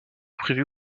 prévue